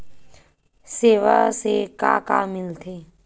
सेवा से का का मिलथे?